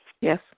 Yes